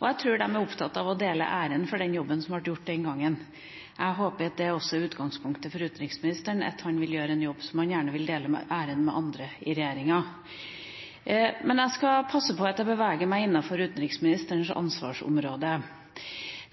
Jeg tror de er opptatt av å dele æren for jobben som ble gjort den gangen. Jeg håper at det også er utgangspunktet for utenriksministeren, at han vil gjøre en jobb som han gjerne vil dele æren med andre i regjeringa for. Men jeg skal passe på at jeg beveger meg innenfor utenriksministerens ansvarsområde.